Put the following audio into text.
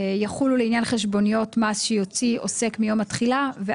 סימן ג' - תחולה 44. הוראות אלה יחולו לעניין